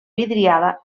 vidriada